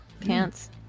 Pants